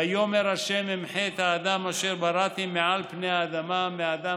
ויאמר ה' אמחה את האדם אשר בראתי מעל פני האדמה מאדם